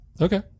Okay